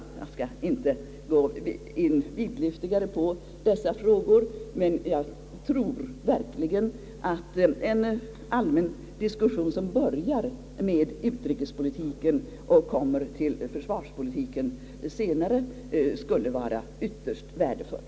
Jag skall inte gå in vidlyftigare på dessa frågor, men jag tror verkligen att en allmän diskussion som börjar med utrikespolitiken och som senare kommer till försvarspolitiken skulle vara ytterst värdefull.